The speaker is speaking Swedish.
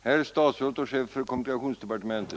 Herr talman! Kommentarer är överflödiga.